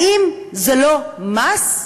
האם זה לא מס,